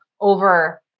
over